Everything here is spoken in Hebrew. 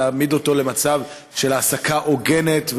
ולהעמיד אותו במצב של העסקה הוגנת,